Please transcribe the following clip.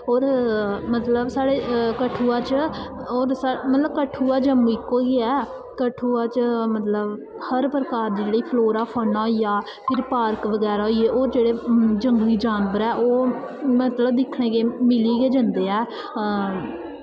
होर मतलब साढ़े कठुआ च मतलब कठुआ च होर साढ़े मतलब कठुआ जम्मू इक्को ही ऐ कठुआ च मतलब हर प्रकार दे जेह्ड़ा फ्लोरा फाना होई गेआ फिर पार्क बगैरा होई गे होर जेह्ड़े जंगली जानवर ऐ ओह् मतलब कि दिक्खने गी मिली गै जंदे ऐ